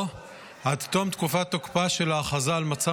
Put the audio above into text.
או עד תום תקופת תוקפה של ההכרזה על מצב